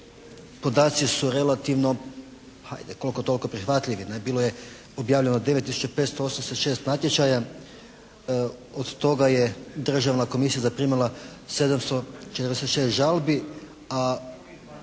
podaci su relativno ajde koliko toliko prihvatljivi. Bilo je objavljeno 9 tisuća 586 natječaja. Od toga je Državna komisija zaprimila 746 žalbi, a